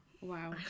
wow